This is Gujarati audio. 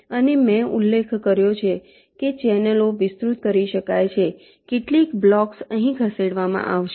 અને મેં ઉલ્લેખ કર્યો છે કે ચેનલો વિસ્તૃત કરી શકાય છે કેટલાક બ્લોક્સ અહીં ખસેડવામાં આવશે